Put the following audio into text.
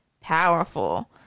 powerful